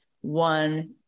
one